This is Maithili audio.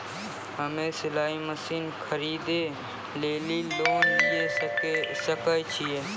हम्मे सिलाई मसीन खरीदे लेली लोन लिये सकय छियै?